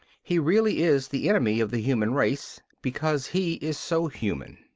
he really is the enemy of the human race because he is so human.